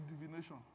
divination